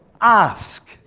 Ask